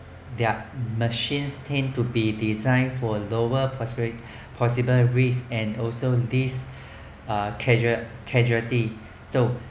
the machines tend to be designed for lower possi~ possible risk and also these uh casual~ casualty so